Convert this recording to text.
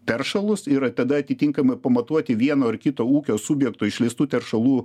teršalus ir tada atitinkamai pamatuoti vieno ar kito ūkio subjektų išleistų teršalų